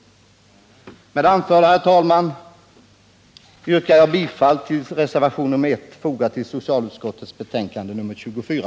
Med detta anförande ber jag att få yrka bifall till reservationen nr I som fogats vid socialutskottets betänkande nr 24.